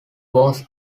was